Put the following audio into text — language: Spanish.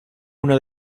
una